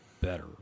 better